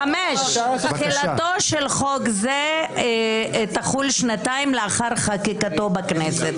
"תחילתו של חוק זה יחול שנתיים לאחר חקיקתו בכנסת".